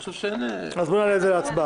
אני חושב שאין --- אז בוא נעלה את זה להצבעה.